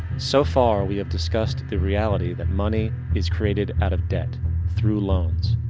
so far we have discussed the reality that money is created out of debt through loans.